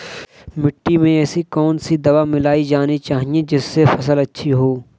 मिट्टी में ऐसी कौन सी दवा मिलाई जानी चाहिए जिससे फसल अच्छी हो?